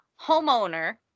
homeowner